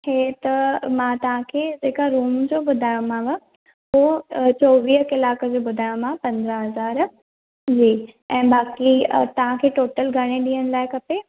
टे त मां तव्हां खे हिक रूम जो ॿुधायोमांव उहो चोवीह कलाक जो ॿुधायोमांव पंजाहु हज़ार जी ऐं बाक़ी तव्हां खे टोटल घणे ॾींहंनि लाइ खपे